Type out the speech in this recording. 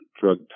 drug